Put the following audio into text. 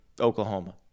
Oklahoma